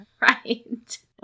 right